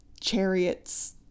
chariots